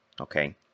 okay